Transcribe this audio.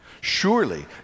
Surely